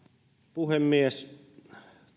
puhemies